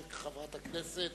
של חברת הכנסת